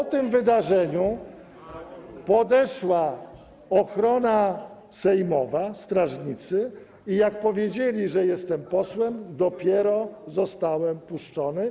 Po tym wydarzeniu podeszła ochrona sejmowa, strażnicy, i jak powiedzieli, że jestem posłem, dopiero zostałem puszczony.